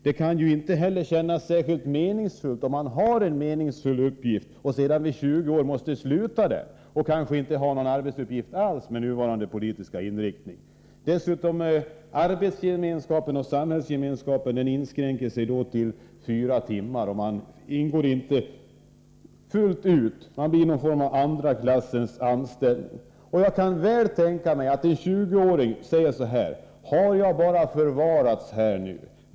Det kan inte heller kännas särskilt meningsfullt, om man redan har en meningsfull arbetsuppgift och sedan vid 20 års ålder måste sluta där och kanske inte får någon arbetsuppgift alls med den nuvarande arbetsmarknadspolitiska inriktningen. Dessutom inskränker sig arbetsgemenskapen och samhällsgemenskapen till fyra timmar. Man ingår inte i en sådan gemenskap fullt ut. Man blir någon sorts andra klassens anställd. Jag kan mycket väl tänka mig att en 20-åring säger så här: Har jag bara förvarats här?